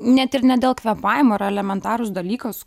net ir ne dėl kvėpavimo yra elementarūs dalykas